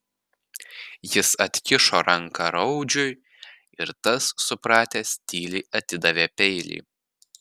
jis atkišo ranką raudžiui ir tas supratęs tyliai atidavė peilį